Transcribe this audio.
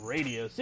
Radio